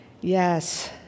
Yes